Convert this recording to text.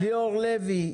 ליאור לוי,